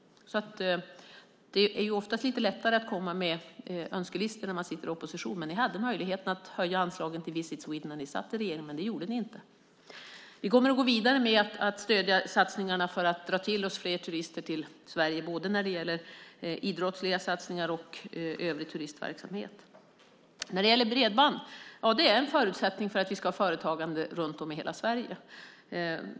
Det är oftast lite lättare att komma med önskelistor när man sitter i opposition. Ni hade möjligheten att höja anslagen till Visit Sweden när ni satt i regeringen, men det gjorde ni inte. Vi kommer att gå vidare med att stödja satsningarna för att dra till oss fler turister till Sverige när det gäller både idrottsliga satsningar och övrig turistverksamhet. Bredband är en förutsättning för att vi ska ha företagande runt om i hela Sverige.